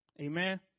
Amen